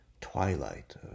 twilight